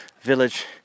village